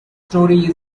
story